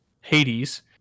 Hades